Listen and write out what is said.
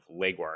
legwork